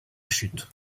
chute